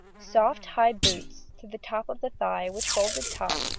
soft high boots to the top of the thigh, with folded top,